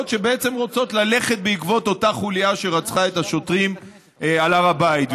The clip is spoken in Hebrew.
שבעצם רוצות ללכת בעקבות אותה חולייה שרצחה את השוטרים על הר הבית.